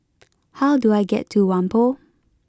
how do I get to Whampoa